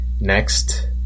Next